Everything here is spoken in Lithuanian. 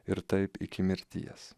ir taip iki mirties